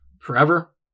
forever